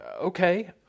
Okay